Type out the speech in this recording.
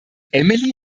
emily